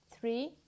three